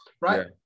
Right